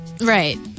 Right